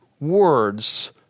words